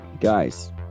guys